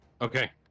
Okay